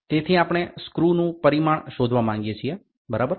તેથી આપણે સ્ક્રુનું પરિમાણ શોધવા માગીએ છીએ બરાબર